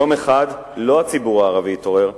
יום אחד לא הציבור הערבי יתעורר,